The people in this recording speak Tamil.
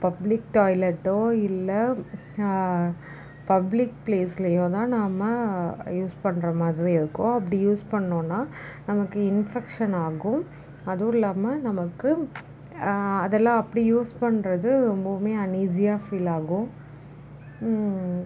பப்ளிக் டாய்லெட்டோ இல்லை பப்ளிக் ப்ளேஸ்லேயோதான் நம்ம யூஸ் பண்ணுற மாதிரி இருக்கும் அப்படி யூஸ் பண்ணிணோம்னா நமக்கு இன்ஃபெக்ஷன் ஆகும் அதுவும் இல்லாமல் நமக்கு அதெல்லாம் அப்படி யூஸ் பண்ணுறது ரொம்பவுமே அன்னீஸியாக ஃபீல் ஆகும்